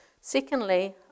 Secondly